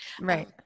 right